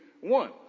one